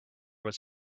was